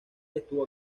estuvo